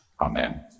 Amen